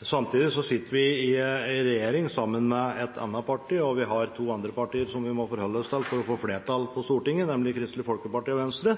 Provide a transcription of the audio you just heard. Samtidig sitter vi i regjering sammen med et annet parti, og vi har to andre partier som vi må forholde oss til for å få flertall på Stortinget, nemlig Kristelig Folkeparti og Venstre,